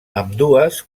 ambdues